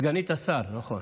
סגנית השר, נכון.